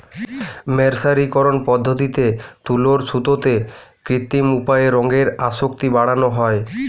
মের্সারিকরন পদ্ধতিতে তুলোর সুতোতে কৃত্রিম উপায়ে রঙের আসক্তি বাড়ানা হয়